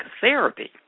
therapy